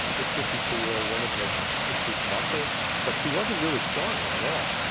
this fifty two year old woman had increased muscle but she wasn't really stronger at all.